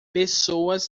pessoas